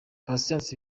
patient